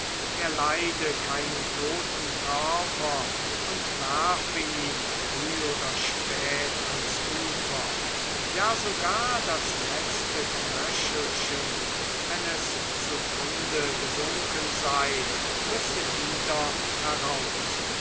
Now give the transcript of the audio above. er leide keinen toten körper und werfe ihn früh oder spät ans ufer ja sogar das letzte knöchelchen wenn es zu grunde gesunken sei müsse wieder heraus